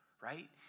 right